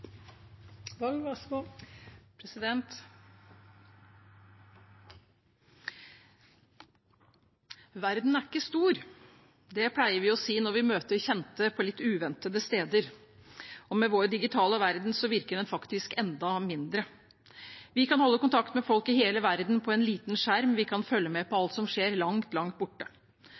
med vår digitale verden virker den faktisk enda mindre. Vi kan holde kontakt med folk i hele verden på en liten skjerm, og vi kan følge med på alt som skjer langt, langt borte.